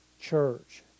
church